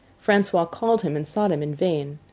francois called him and sought him in vain.